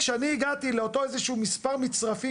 כשאני הגעתי לאותו איזה שהוא מספר מצרפי,